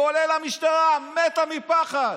כולל המשטרה, שמתה מפחד.